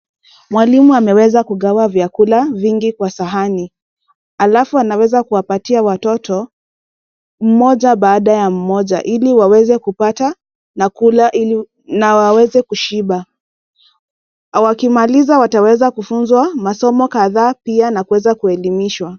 Mwalimu ameweza kugawa vyakula vingi kwa sahani alafu anawezakuwapatia watoto mmoja baada ya mmoja ili waweze kupata na kula ili na waweze kushiba. Wakimaliza wataweza kufunzwa masomo kadhaa pia na kuweza kuelimishwa.